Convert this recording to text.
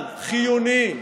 אבל חיוני,